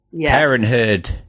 Parenthood